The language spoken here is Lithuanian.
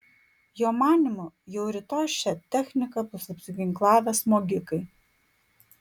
jo manymu jau rytoj šia technika bus apsiginklavę smogikai